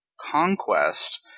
conquest